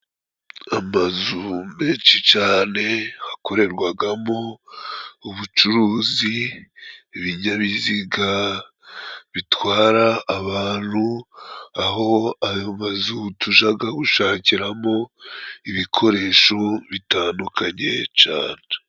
Amazu menshi cane akorerwagamo ubucuruzi ibinyabiziga bitwara abantu aho aho mazu tujaga gushakiramo ibikoresho bitandukanye cane.